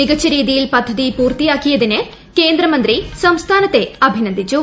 മികച്ച രീതിയിൽ പദ്ധതി പൂർത്തിയാക്കിയതിന് കേന്ദ്രമന്ത്രി സംസ്ഥാനത്തെ അഭിനന്ദിച്ചു